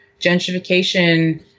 Gentrification